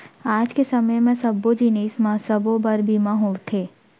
आज के समे म सब्बो जिनिस म सबो बर बीमा होवथे